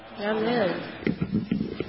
Amen